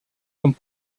comme